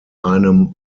einem